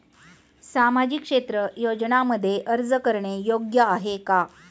सामाजिक क्षेत्र योजनांमध्ये अर्ज करणे योग्य आहे का?